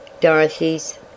Dorothy's